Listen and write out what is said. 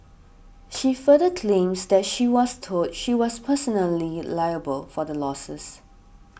she further claims that she was told she was personally liable for the losses